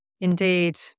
Indeed